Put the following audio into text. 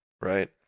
right